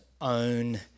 own